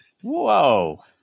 Whoa